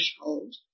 threshold